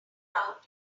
out